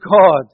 God